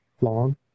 long